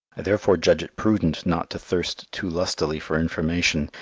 i therefore judge it prudent not to thirst too lustily for information,